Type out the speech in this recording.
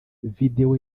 videwo